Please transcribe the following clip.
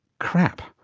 crap,